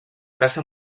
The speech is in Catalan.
casa